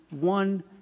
one